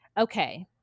Okay